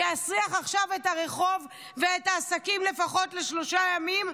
שיסריח עכשיו את הרחוב ואת העסקים לפחות לשלושה ימים?